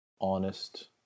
honest